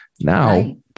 now